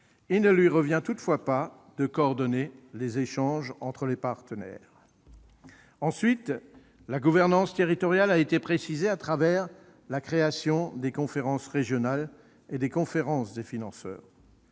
il ne lui revient pas de coordonner les échanges entre les partenaires. Par ailleurs, la gouvernance territoriale a été précisée au travers de la création des conférences régionales et des conférences des financeurs.